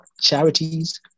charities